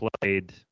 played